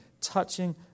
Touching